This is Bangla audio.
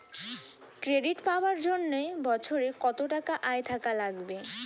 ক্রেডিট পাবার জন্যে বছরে কত টাকা আয় থাকা লাগবে?